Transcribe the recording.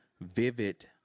vivid